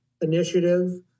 initiative